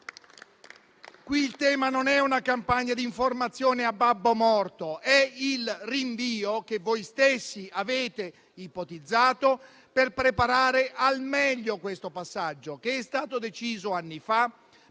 Qui il tema non è una campagna di informazione a babbo morto, ma è il rinvio che voi stessi avete ipotizzato per preparare al meglio questo passaggio che è stato deciso anni fa,